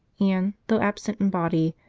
and, though absent in body,